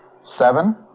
Seven